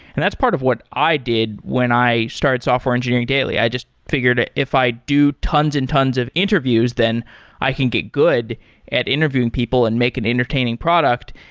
and that's part of what i did when i started software engineering daily. i just figured that ah if i do tons and tons of interviews, then i can get good at intervening people and make an entertaining product.